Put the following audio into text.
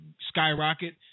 skyrocket